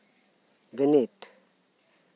ᱵᱤᱱᱤᱰ